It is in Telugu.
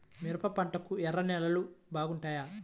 మిరప పంటకు ఎర్ర నేలలు బాగుంటాయా?